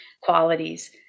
qualities